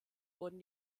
wurden